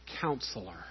counselor